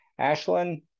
Ashlyn